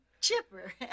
chipper